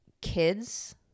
kids